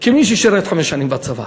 כמי ששרת חמש שנים בצבא,